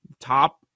top